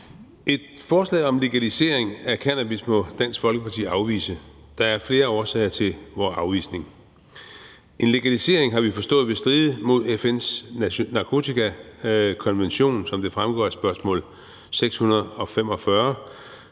Et forslag om legalisering af cannabis må Dansk Folkeparti afvise. Der er flere årsager til vores afvisning. En legalisering, har vi forstået, vil stride imod FN's narkotikakonvention, som det fremgår af spørgsmål nr.